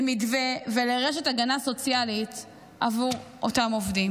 למתווה ולרשת הגנה סוציאלית עבור אותם עובדים.